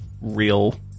real